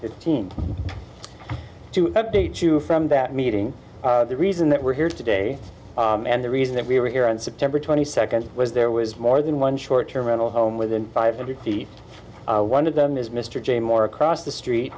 fifteen to update you from that meeting the reason that we're here today and the reason that we were here on september twenty second was there was more than one short term rental home within five hundred feet one of them is mr j moore across the street